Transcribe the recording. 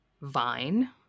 Vine